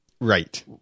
Right